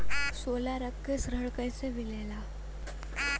सोना रख के ऋण कैसे मिलेला?